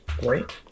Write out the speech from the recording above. Great